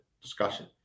discussion